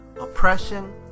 oppression